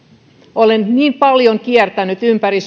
olen niin paljon kiertänyt ympäri